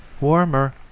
Warmer